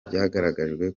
byagaragajwe